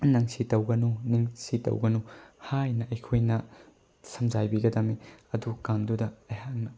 ꯅꯪ ꯁꯤ ꯇꯧꯒꯅꯨ ꯅꯪ ꯁꯤ ꯇꯧꯒꯅꯨ ꯍꯥꯏꯅ ꯑꯩꯈꯣꯏꯅ ꯁꯝꯖꯥꯏꯕꯤꯒꯗꯃꯤ ꯑꯗꯨꯀꯥꯟꯗꯨꯗ ꯑꯩꯍꯥꯛꯅ